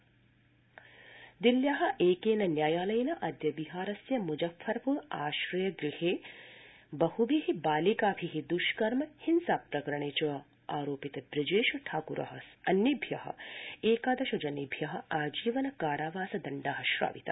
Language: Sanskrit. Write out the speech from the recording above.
दिल्ली न्यायालय दिल्ल्या एकेन न्यायालयेन अद्य बिहारस्य म्जफ्फरप्र आश्रय गृहे बहभि बालिकाभि द्वष्कर्म हिंसा प्रकरणे च आरोपित बृजेश ठाकुर अन्येभ्य एकादश जनेभ्य आजीवन कारावास दण्ड श्रावित